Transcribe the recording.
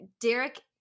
Derek